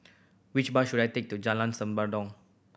which bus should I take to Jalan Senandong